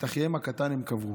את אחיהם הקטן הם קברו.